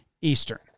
Eastern